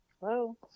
Hello